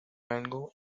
algo